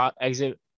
exit